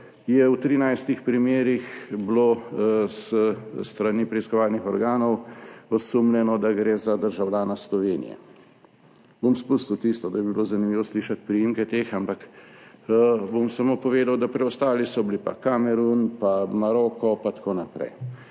je v 13 primerih bilo s strani preiskovalnih organov osumljeno, da gre za državljana Slovenije. Bom izpustil tisto, da bi bilo zanimivo slišati priimke teh, ampak bom samo povedal, da preostali so bili pa Kamerun, pa Maroko, pa tako naprej.